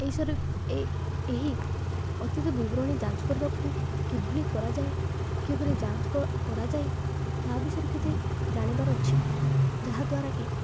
ଏହି ଏହି ଅତୀତ ବିବରଣୀ ଯାଞ୍ଚ କରିବାକୁ କିଭଳି କରାଯାଏ କିଭଳି ଯାଞ୍ଚ କରାଯାଏ ତା' ବିଷୟରେ କିଛି ଜାଣିବାର ଅଛି ଯାହାଦ୍ୱାରାକି